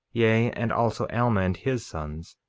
yea, and also alma and his sons,